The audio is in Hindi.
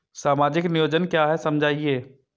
सामाजिक नियोजन क्या है समझाइए?